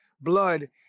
blood